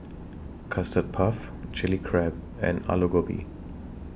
Custard Puff Chilli Crab and Aloo Gobi